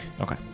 Okay